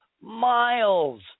miles